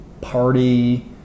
party